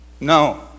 No